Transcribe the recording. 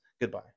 Goodbye